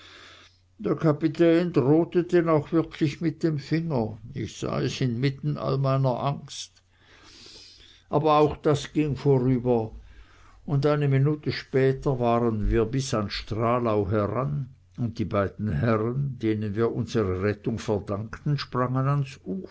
der kapitän drohte denn auch wirklich mit dem finger ich sah es inmitten all meiner angst aber auch das ging vorüber und eine minute später waren wir bis an stralau heran und die beiden herren denen wir unsre rettung verdankten sprangen